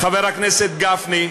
חבר הכנסת גפני,